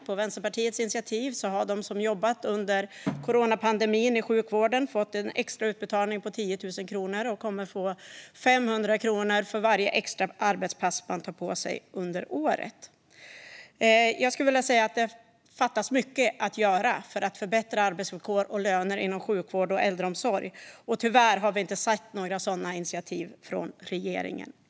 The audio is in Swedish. På Vänsterpartiets initiativ har de som har jobbat i sjukvården under coronapandemin fått en extra utbetalning på 10 000 kronor, och de kommer att få 500 kronor för varje extra arbetspass de tar på sig under året. Det återstår mycket att göra för att förbättra arbetsvillkor och löner inom sjukvård och äldreomsorg. Tyvärr har vi ännu inte sett några sådana initiativ från regeringen.